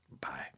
Bye